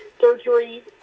surgery